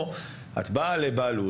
פה אתם באים לבעלות,